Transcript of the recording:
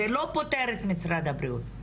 זה לא פותר את משרד הבריאות,